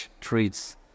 treats